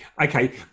Okay